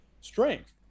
strength